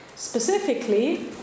Specifically